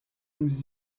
nous